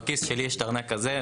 בכיס שלי יש הארנק הזה.